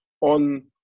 on